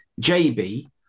JB